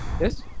Yes